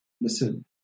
listen